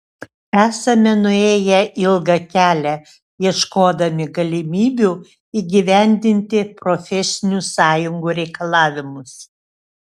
esame nuėję ilgą kelią ieškodami galimybių įgyvendinti profesinių sąjungų reikalavimus